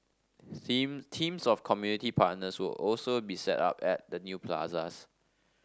seem teams of community partners will also be set up at the new plazas